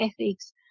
ethics